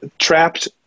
trapped